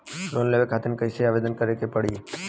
Loan लेवे खातिर कइसे आवेदन करें के पड़ी?